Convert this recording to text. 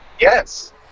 Yes